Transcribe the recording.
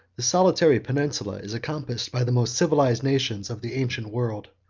the solitary peninsula is encompassed by the most civilized nations of the ancient world